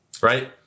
right